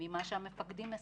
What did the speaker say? ממה שמספרים המפקדים.